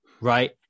right